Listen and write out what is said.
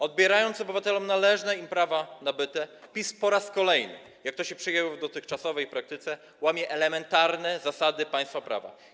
Odbierając obywatelom należne im prawa nabyte, PiS po raz kolejny, jak to się przyjęło w dotychczasowej praktyce, łamie elementarne zasady państwa prawa.